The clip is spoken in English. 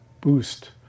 boost